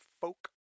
Folk